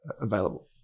available